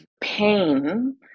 pain